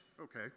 okay